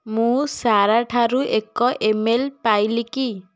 ମୁଁ ସାରା ଠାରୁ ଏକ ଇ ମେଲ୍ ପାଇଲି କି